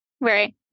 Right